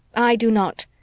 i do not.